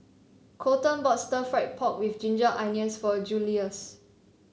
Colton bought Stir Fried Pork with Ginger Onions for Julious